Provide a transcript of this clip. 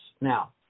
Now